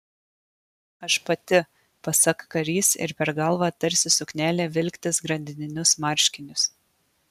aš pati pasak karys ir per galvą tarsi suknelę vilktis grandininius marškinius